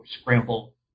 scramble